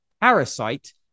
Parasite